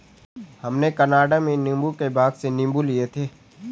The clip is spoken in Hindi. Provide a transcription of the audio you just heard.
हमने कनाडा में नींबू के बाग से नींबू लिए थे